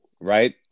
right